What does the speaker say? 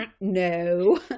no